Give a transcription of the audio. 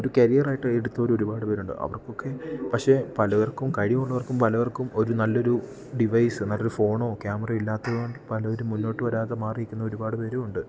ഒരു കരിയർ ആയിട്ട് എടുത്തത് ഒരുപാട് പേരുണ്ട് അവർക്കൊക്കെ പഷേ പലവർക്കും കഴിവുള്ളവർക്കും പലവർക്കും ഒരു നല്ലൊരു ഡിവൈസ്സ് നല്ലൊരു ഫോണോ ക്യാമറയോ ഇല്ലാത്തത് കൊണ്ട് പലവരും മുന്നോട്ട് വരാതെ മാറി നിൽക്കുന്ന ഒരുപാട് പേരുണ്ട്